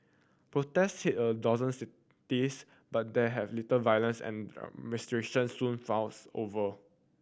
protests a dozen cities but there have little violence and the demonstration soon fizzled over